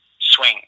swing